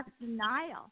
denial